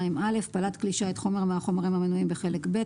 פלט כלי שיט חומר מהחומרים המנויים בחלק ב',